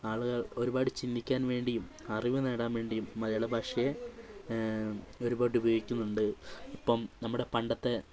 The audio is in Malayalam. ആളുകൾ ഒരുപാട് ചിന്തിക്കാൻ വേണ്ടിയും അറിവ് നേടാൻ വേണ്ടിയും മലയാള ഭാഷയെ ഒരുപാട് ഉപയോഗിക്കുന്നുണ്ട് ഇപ്പം നമ്മുടെ പണ്ടത്തെ